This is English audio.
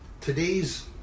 today's